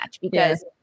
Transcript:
because-